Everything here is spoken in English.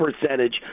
percentage